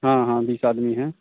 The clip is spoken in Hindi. हाँ हाँ बीस आदमी हैं